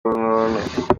urunturuntu